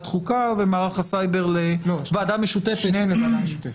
חוקה ומערך הסייבר לוועדה משותפת -- שניהם לוועדה משותפת.